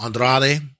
Andrade